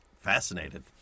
fascinated